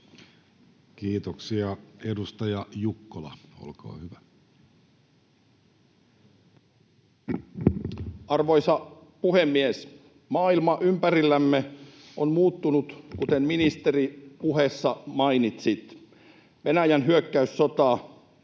Time: 14:27 Content: Arvoisa puhemies! Maailma ympärillämme on muuttunut, kuten, ministeri, puheessa mainitsit. Venäjän hyökkäyssota